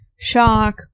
shock